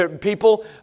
People